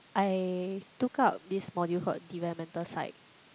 I took up this module called developmental psych